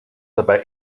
dabei